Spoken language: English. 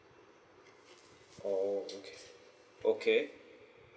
orh okay okay